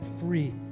free